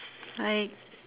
hi